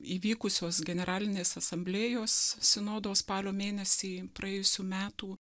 įvykusios generalinės asamblėjos sinodo spalio mėnesį praėjusių metų